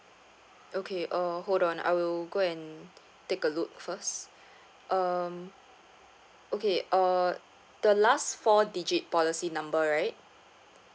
okay uh hold on I will go and take a look first um okay uh the last four digit policy number right